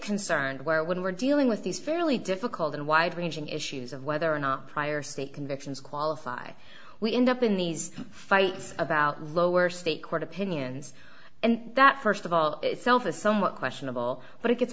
concerned where when we're dealing with these fairly difficult and wide ranging issues of whether or not prior state convictions qualify we end up in these fights about lower state court opinions and that first of all itself is somewhat questionable but it gets